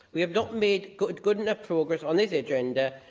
we have not made good good enough progress on this agenda,